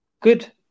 good